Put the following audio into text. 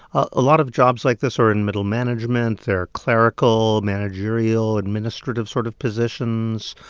a lot of jobs like this are in middle management they're clerical, managerial, administrative sort of positions.